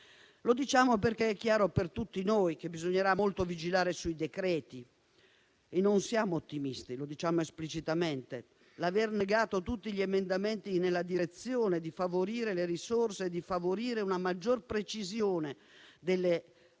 Lo diciamo perché è chiaro per tutti noi che bisognerà molto vigilare sui decreti (e non siamo ottimisti, lo diciamo esplicitamente). L'aver respinto tutti gli emendamenti nella direzione di favorire le risorse e una maggior precisione della presa